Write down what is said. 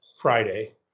Friday